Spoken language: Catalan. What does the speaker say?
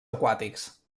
aquàtics